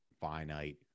finite